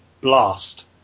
blast